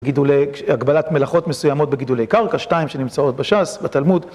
גידולי, הגבלת מלאכות מסוימות בגידולי קרקע, שתיים שנמצאות בש"ס, בתלמוד.